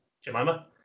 Jemima